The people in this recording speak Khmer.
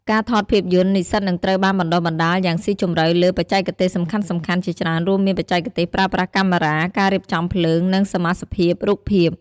ការថតភាពយន្ត និស្សិតនឹងត្រូវបានបណ្ដុះបណ្ដាលយ៉ាងស៊ីជម្រៅលើ បច្ចេកទេសសំខាន់ៗ ជាច្រើនរួមមានបច្ចេកទេសប្រើប្រាស់កាមេរ៉ា ការរៀបចំភ្លើង និងសមាសភាពរូបភាព។